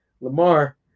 Lamar